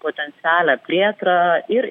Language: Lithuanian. potencialią plėtrą ir